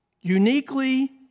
uniquely